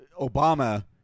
Obama